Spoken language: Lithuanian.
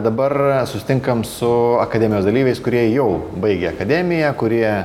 dabar susitinkam su akademijos dalyviais kurie jau baigė akademiją kurie